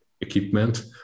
equipment